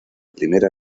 primera